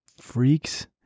freaks